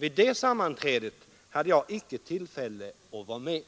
Vid det sammanträdet hade jag icke tillfälle att vara med,